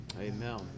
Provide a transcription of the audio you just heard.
Amen